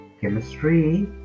Chemistry